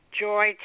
Joy